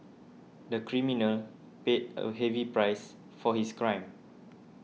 the criminal paid a heavy price for his crime